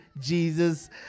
Jesus